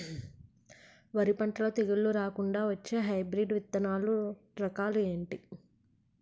వరి పంటలో తెగుళ్లు రాకుండ వచ్చే హైబ్రిడ్ విత్తనాలు రకాలు ఏంటి?